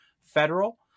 federal